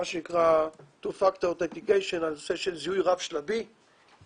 מההתקפות קורות דרך המכשור הרפואי שמחובר לפורטים של המערכת,